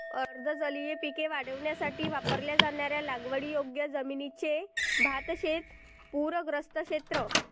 अर्ध जलीय पिके वाढवण्यासाठी वापरल्या जाणाऱ्या लागवडीयोग्य जमिनीचे भातशेत पूरग्रस्त क्षेत्र